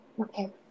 Okay